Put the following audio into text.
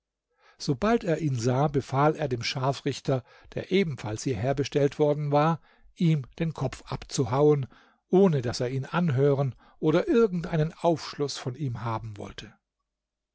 sobald er ihn sah befahl er dem scharfrichter der ebenfalls hierher bestellt worden war ihm den kopf abzuhauen ohne daß er ihn anhören oder irgend einen aufschluß von ihm haben wollte